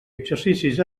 exercicis